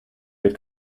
wird